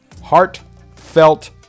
heartfelt